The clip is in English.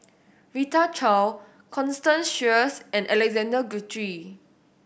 Rita Chao Constance Sheares and Alexander Guthrie